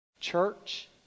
Church